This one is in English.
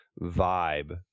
vibe